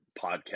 podcast